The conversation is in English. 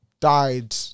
died